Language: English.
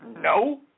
No